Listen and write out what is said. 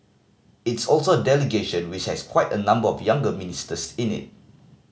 it's also a delegation which has quite a number of younger ministers in it